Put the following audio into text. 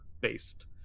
based